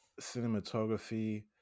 cinematography